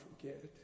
forget